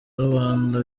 rubanda